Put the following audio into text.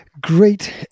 great